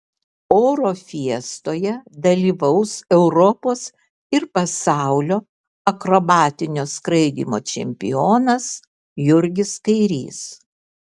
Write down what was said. oro fiestoje dalyvaus europos ir pasaulio akrobatinio skraidymo čempionas jurgis kairys